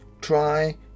try